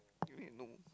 you need know